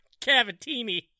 cavatini